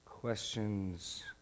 Questions